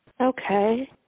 Okay